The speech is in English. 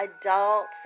adults